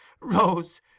Rose